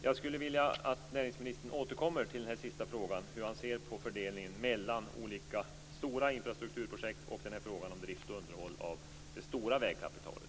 Jag skulle vilja att näringsministern återkommer till frågan om hur han ser på fördelningen när det gäller stora infrastrukturprojekt och när det gäller drift och underhåll av det stora vägkapitalet.